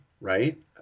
right